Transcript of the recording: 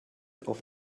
auf